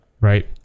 Right